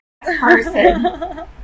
person